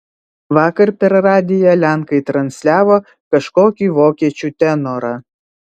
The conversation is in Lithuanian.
vakar per radiją lenkai transliavo kažkokį vokiečių tenorą